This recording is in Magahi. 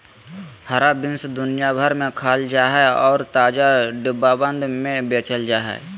हरा बीन्स दुनिया भर में खाल जा हइ और ताजा, डिब्बाबंद में बेचल जा हइ